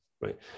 right